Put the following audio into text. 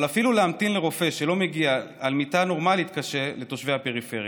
אבל אפילו להמתין על מיטה נורמלית לרופא שלא מגיע קשה לתושבי הפריפריה: